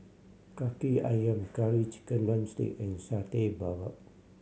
Kaki Ayam Curry Chicken drumstick and Satay Babat